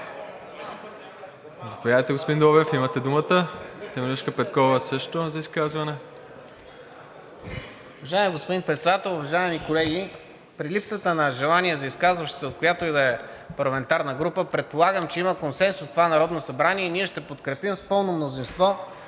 Заповядайте, господин Добрев, имате думата. ДЕЛЯН ДОБРЕВ (ГЕРБ-СДС): Уважаеми господин Председател, уважаеми колеги! При липсата на желание за изказващи се от която и да е парламентарна група предполагам, че има консенсус това Народно събрание и ние ще подкрепим с пълно мнозинство